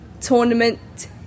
Tournament